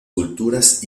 culturas